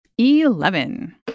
Eleven